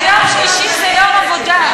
שיום שלישי זה יום עבודה.